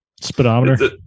speedometer